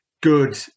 good